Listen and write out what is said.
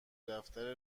دفتر